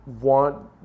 want